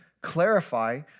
clarify